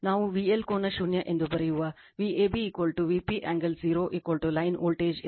ನಾವು VL ಕೋನ ಶೂನ್ಯ ಎಂದು ಬರೆಯುವ Vab Vp angle 0 line voltage ಎಂದು ನೀಡಲಾಗಿದೆ